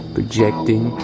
Projecting